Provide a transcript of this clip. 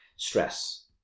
stress